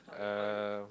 um